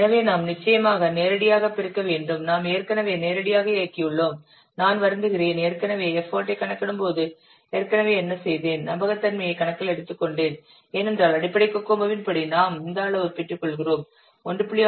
எனவே நாம் நிச்சயமாக நேரடியாகப் பெருக்க வேண்டும் நாம் ஏற்கனவே நேரடியாக இயக்கியுள்ளோம் நான் வருந்துகிறேன் ஏற்கனவே எஃபர்ட் ஐ கணக்கிடும்போது ஏற்கனவே என்ன செய்தேன் நம்பகத்தன்மையை கணக்கில் எடுத்துக்கொண்டேன் ஏனென்றால் அடிப்படை கோகோமோவின் படி நாம் இந்த அளவு பெற்றுக் கொள்கிறோம் 1